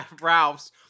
Ralphs